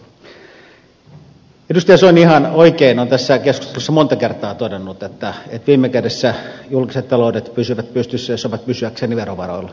edustaja soini ihan oikein on tässä keskustelussa monta kertaa todennut että viime kädessä julkiset taloudet pysyvät pystyssä jos ovat pysyäkseen verovaroilla